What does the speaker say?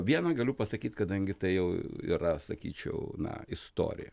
viena galiu pasakyt kadangi tai jau yra sakyčiau na istorija